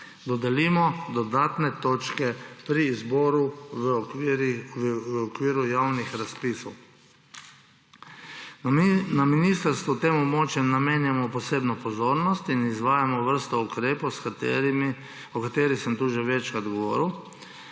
dodelimo dodatne točke pri izboru v okviru javnih razpisov. Na ministrstvu tem območjem namenjamo posebno pozornost in izvajamo vrsto ukrepov, o katerih sem tu že večkrat govoril.